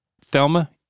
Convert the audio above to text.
Thelma